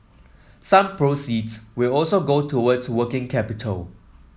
some proceeds will also go towards working capital